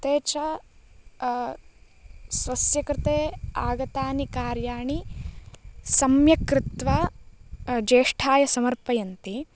ते च स्वस्य कृते आगतानि कार्याणि सम्यक् कृत्वा ज्येष्ठाय समर्पयन्ति